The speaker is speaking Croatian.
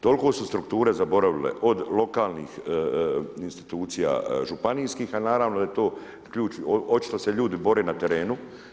Toliko su strukture zaboravile od lokalnih institucija, županijskih, a naravno da je to ključ očito se ljudi bore na terenu.